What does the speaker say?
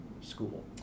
school